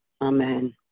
Amen